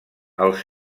els